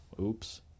Oops